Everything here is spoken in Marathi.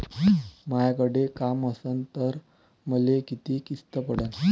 मायाकडे काम असन तर मले किती किस्त पडन?